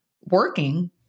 working